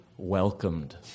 Welcomed